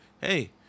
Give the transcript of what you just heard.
Hey